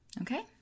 Okay